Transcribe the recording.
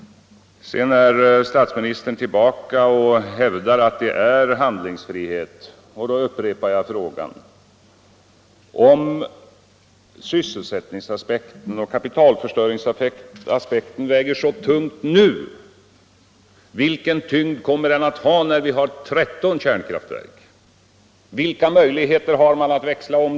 Sedan kom statsministern tillbaka till att det föreligger handlingsfrihet, och då upprepar jag min fråga: Om sysselsättningsaspekten och kapitalförstöringsaspekten väger så tungt nu, vilken tyngd kommer de inte att ha när vi får 13 kärnkraftverk? Vilka möjligheter har man då att växla om?